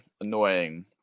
annoying